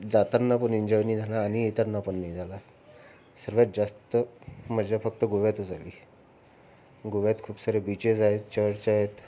जाताना पण एंजॉय नाही झाला आणि येताना पण नाही झाला सर्वात जास्त मज्जा फक्त गोव्यातच आली गोव्यात खूप सारे बीचेज आहेत चर्च आहेत